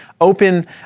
open